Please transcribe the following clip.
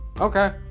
Okay